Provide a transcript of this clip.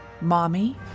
Mommy